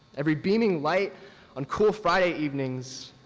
every beaming light on cool friday evenings,